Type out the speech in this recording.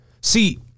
See